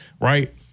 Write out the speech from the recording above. right